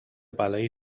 بلایی